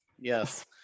Yes